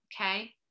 Okay